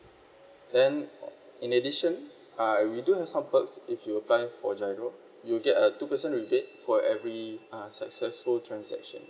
then in addition uh we do have some perks if you apply for G_I_R_O you get a two person rebate for every uh successful transaction